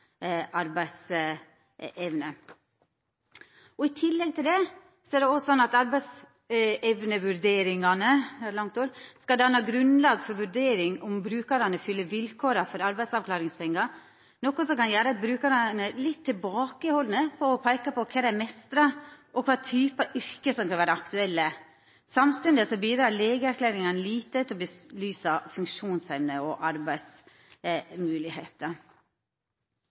arbeidsevne kan jobba. I tillegg er det også slik at arbeidsevnevurderingane – det er eit langt ord – skal danna grunnlag for vurdering av om brukarane fyller vilkåra for arbeidsavklaringspengar, noko som kan gjera brukarane litt tilbakehaldne med å peika på kva dei meistrar, og kva typar yrke som kan vera aktuelle. Samstundes bidreg legeerklæringane lite til å belysa funksjonsevne og